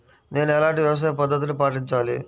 నేను ఎలాంటి వ్యవసాయ పద్ధతిని పాటించాలి?